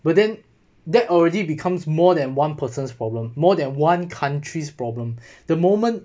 within that already becomes more than one person's problem more than one countries problem the moment